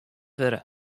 wurde